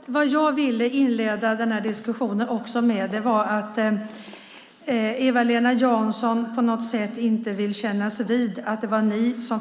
Herr talman! Jag ville inleda den här debatten med att säga att Eva-Lena Jansson på något sätt inte vill kännas vid att det var de som